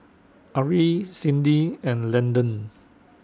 Ari Cindy and Landon